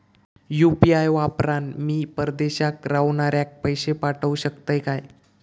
UPI वापरान मी परदेशाक रव्हनाऱ्याक पैशे पाठवु शकतय काय?